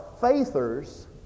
faithers